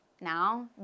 now